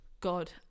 god